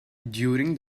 during